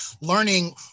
learning